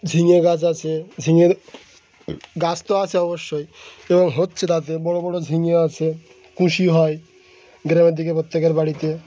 ঝিঙে গাছ আছে ঝিঙে গাছ তো আছে অবশ্যই এবং হচ্ছে তাতে বড়ো বড়ো ঝিঙে আছে কুশি হয় গ্রামের দিকে প্রত্যেকের বাড়িতে